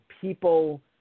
people